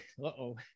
uh-oh